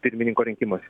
pirmininko rinkimuose